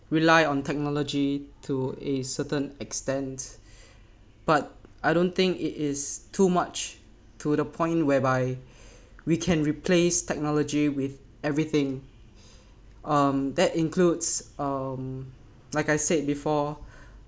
rely on technology to a certain extent but I don't think it is too much to the point whereby we can replace technology with everything um that includes um like I said before